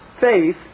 faith